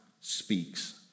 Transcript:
speaks